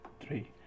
three